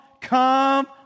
come